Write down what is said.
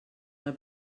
del